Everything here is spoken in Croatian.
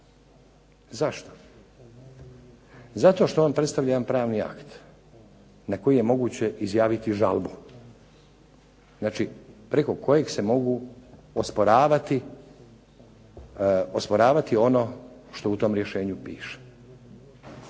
Zašto? Zato što on predstavlja jedan pravi akt na koji je moguće izjaviti žalbu znači preko kojeg se mogu osporavati ono što u tom rješenju piše.